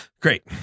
great